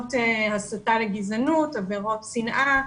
לעבירות הסתה לגזענות, עבירות שנאה,